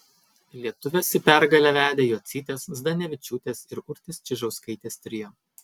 lietuves į pergalę vedė jocytės zdanevičiūtės ir urtės čižauskaitės trio